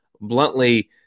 bluntly